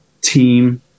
team